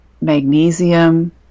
magnesium